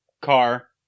car